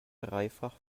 dreifach